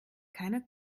keiner